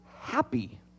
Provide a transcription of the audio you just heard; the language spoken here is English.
happy